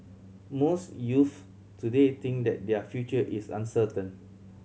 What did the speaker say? most youths today think that their future is uncertain